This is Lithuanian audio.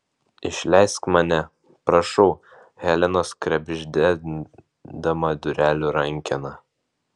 išleisk mane prašau helenos krebždendama durelių rankeną